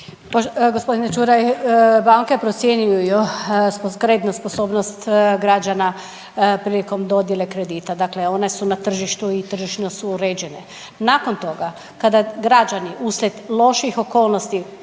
Gospodine Čuraj banke procjenjuju kreditnu sposobnost građana prilikom dodijele kredita, dakle one su na tržištu i tržišno su uređene. Nakon toga kada građani uslijed loši okolnosti